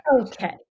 okay